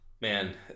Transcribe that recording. man